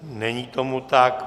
Není tomu tak.